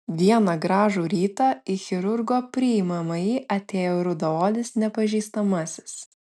vieną gražų rytą į chirurgo priimamąjį atėjo rudaodis nepažįstamasis